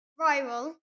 viral